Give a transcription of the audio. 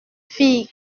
fille